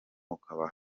ukuba